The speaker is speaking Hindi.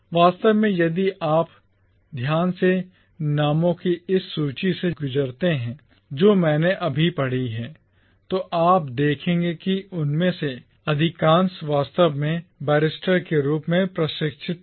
वास्तव में यदि आप ध्यान से नामों की इस सूची से गुजरते हैं जो मैंने अभी पढ़ी हैं तो आप देखेंगे कि उनमें से अधिकांश वास्तव में बैरिस्टर के रूप में प्रशिक्षित थे